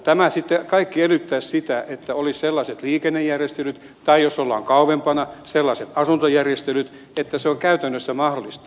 tämä kaikki edellyttäisi sitä että olisi sellaiset liikennejärjestelyt tai jos ollaan kauempana sellaiset asuntojärjestelyt että se on käytännössä mahdollista